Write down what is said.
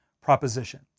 proposition